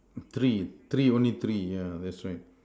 three three only three yeah that's right